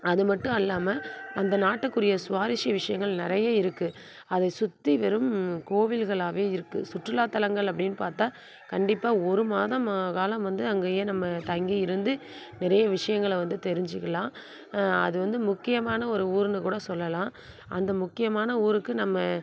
அது மட்டும் அல்லாமல் அந்த நாட்டுக்குரிய சுவாரஸ்ய விஷயங்கள் நிறைய இருக்குது அதை சுற்றி வெறும் கோவில்களாவே இருக்குது சுற்றுலாத்தலங்கள் அப்படின்னு பார்த்தா கண்டிப்பாக ஒரு மாதம் காலம் வந்து அங்கேயே நம்ம தங்கி இருந்து நிறைய விஷயங்கள வந்து தெரிஞ்சிக்கலாம் அது வந்து முக்கியமான ஒரு ஊர்னு கூட சொல்லலாம் அந்த முக்கியமான ஊருக்கு நம்ம